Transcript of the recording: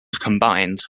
combined